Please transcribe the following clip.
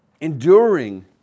enduring